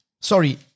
Sorry